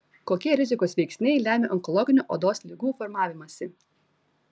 kokie rizikos veiksniai lemia onkologinių odos ligų formavimąsi